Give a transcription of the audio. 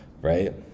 Right